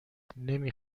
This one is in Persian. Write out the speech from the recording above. نمی